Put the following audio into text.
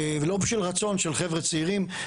ולא בשביל רצון של חבר'ה צעירים.